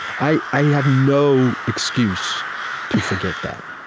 i i have no excuse to forget that.